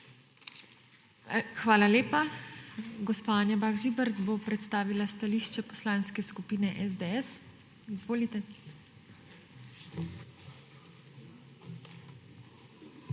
Hvala lepa. Gospa Anja Bah Žibert bo predstavila stališče Poslanske skupine SDS. Izvolite.